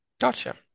gotcha